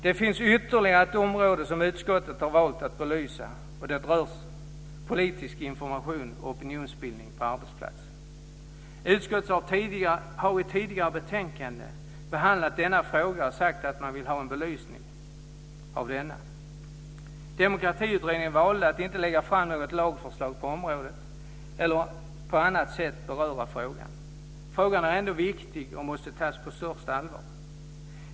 Det finns ytterligare ett område som utskottet har valt att belysa, och det rör politisk information och opinionsbildning på arbetsplatsen. Utskottet har i tidigare betänkande behandlat denna fråga och sagt att man vill ha en belysning av denna. Demokratiutredningen valde att inte lägga fram något lagförslag på området eller att på annat sätt beröra frågan. Frågan är ändå viktig och måste tas på största allvar.